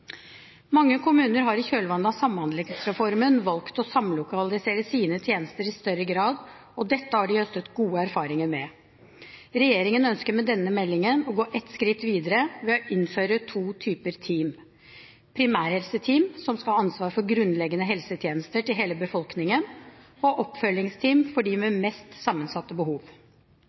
Mange kommuner har i kjølvannet av Samhandlingsreformen valgt å samlokalisere sine tjenester i større grad, og dette har de høstet gode erfaringer med. Regjeringen ønsker med denne meldingen å gå et skritt videre ved å innføre to typer team: primærhelseteam som skal ha ansvar for grunnleggende helsetjenester til hele befolkningen, og oppfølgingsteam for